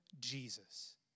Jesus